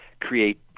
create